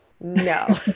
No